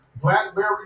Blackberry